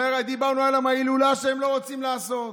ודיברנו על ההילולה, שהם לא רוצים לעשות,